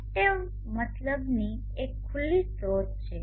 Octave MATLABની એક ખુલ્લી સ્રોત છે